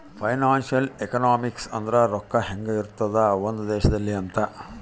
financial economics ಅಂದ್ರ ರೊಕ್ಕ ಹೆಂಗ ಇರ್ತದ ಒಂದ್ ದೇಶದಲ್ಲಿ ಅಂತ